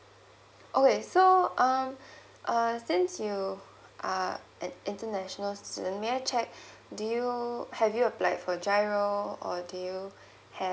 okay so um uh since you are an international student may I check do you have you applied for G_I_R_O or do you have